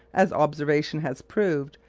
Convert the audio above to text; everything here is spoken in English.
as observation has proved,